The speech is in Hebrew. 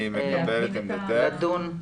אני מקבל את עמדתך.